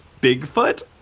Bigfoot